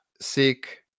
seek